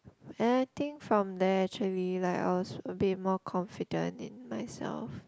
and I think from there actually like I was a bit more confident in myself